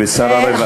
ושר הרווחה לשעבר.